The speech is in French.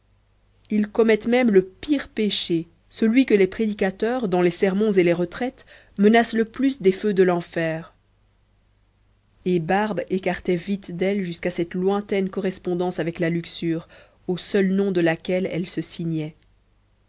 ils commettent même le pire péché celui que les prédicateurs dans les sermons et les retraites menacent le plus des feux de l'enfer et barbe écartait vite d'elle jusqu'à cette lointaine correspondance avec la luxure au seul nom de laquelle elle se signait